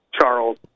Charles